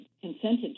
consented